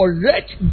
correct